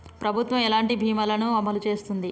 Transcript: ప్రభుత్వం ఎలాంటి బీమా ల ను అమలు చేస్తుంది?